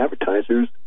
advertisers